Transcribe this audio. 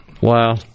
Wow